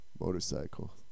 Motorcycle